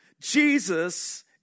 Jesus